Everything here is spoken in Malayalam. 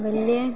വലിയ